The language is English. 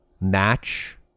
match